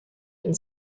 and